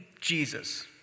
Jesus